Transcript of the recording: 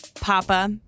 Papa